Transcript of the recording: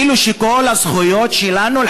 כאילו שכל הזכויות שלנו,